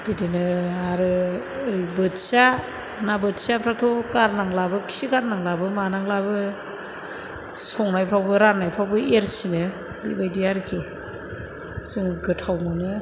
बिदिनो आरो ओरै बोथिया ना बोथियाफ्राथ' गारनांलाबो खि गारनांलाबो मानांलाबो संनायफ्रावबो राननायफ्रावबो एरसिनो बेबायदि आरखि जों गोथाव मोनो